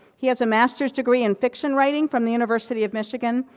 he has a master's degree in fiction writing, from the university of michigan,